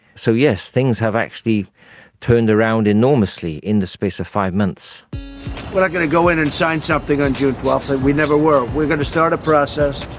so yes, things have actually turned around enormously in the space of five months. we're not going to go in and sign something on june twelfth. we never were. we're going to start a process.